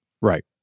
Right